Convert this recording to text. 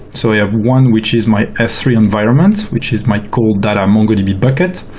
so i have one which is my s three environment, which is my core data mongodb bucket,